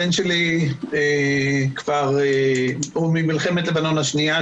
הבן שלי הוא ממלחמת לבנון השנייה,